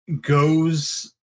goes